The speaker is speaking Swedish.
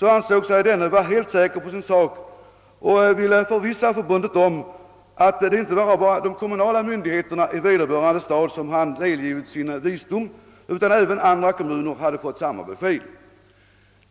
ansåg sig denne vara helt säker på sin sak och ville förvissa förbundet om att det inte bara var de kommunala myndigheterna i vederbörande stad som han hade delgivit sin visdom utan även andra kommuner hade fått samma besked.